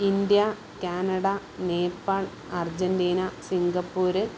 India Canada Nepal Argentina Singapore